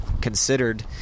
considered